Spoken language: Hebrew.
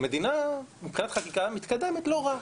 מדינה מבחינת חקיקה מתקדמת לא רע,